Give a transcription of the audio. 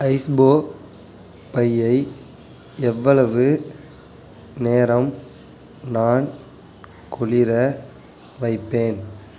ice போ பையை எவ்வளவு நேரம் நான் குளிர வைப்பேன்